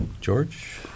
George